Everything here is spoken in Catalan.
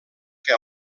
que